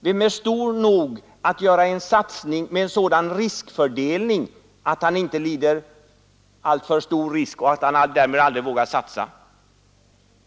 Vem är stor nog för att göra en sådan satsning och dessutom med en rimlig riskfördelning så han vågar satsa?